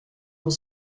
pour